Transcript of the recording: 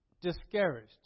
discouraged